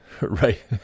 right